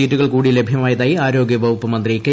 സീറ്റുകൾ കൂടി ലഭ്യമായതായി ആരോഗ്യ വകുപ്പ് മന്ത്രി കെ